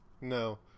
No